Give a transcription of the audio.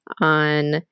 on